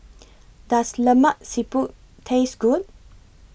Does Lemak Siput Taste Good